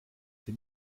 sie